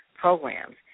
programs